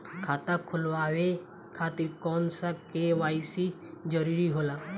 खाता खोलवाये खातिर कौन सा के.वाइ.सी जरूरी होला?